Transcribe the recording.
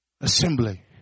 assembly